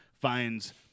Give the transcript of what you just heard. finds